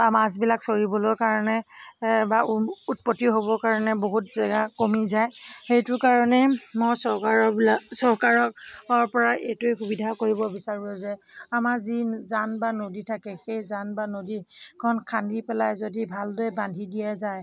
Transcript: বা মাছবিলাক চৰিবলৈ কাৰণে বা উৎপত্তি হ'বৰ কাৰণে বহুত জেগা কমি যায় সেইটোৰ কাৰণে মই চৰকাৰবিলাক চৰকাৰৰ পৰা এইটোৱে সুবিধা কৰিব বিচাৰোঁ যে আমাৰ যি জান বা নদী থাকে সেই জান বা নদীখন খান্দি পেলাই যদি ভালদৰে বান্ধি দিয়া যায়